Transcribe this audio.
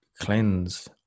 cleanse